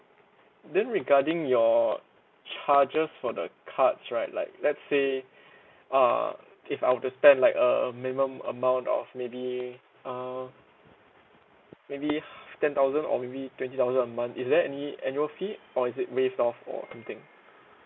then regarding your charges for the cards right like let's say uh if I were to spend like a minimum amount of maybe uh maybe ten thousand or maybe twenty thousand a month is there any annual fee or is it waived off or something